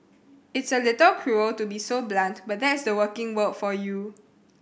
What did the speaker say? it's a little cruel to be so blunt but that's the working world for you